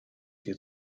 dir